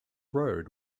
road